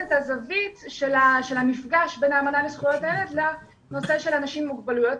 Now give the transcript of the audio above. הזווית של המפגש בין האמנה לזכויות הילד לנושא של אנשים עם מוגבלויות,